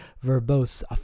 verbose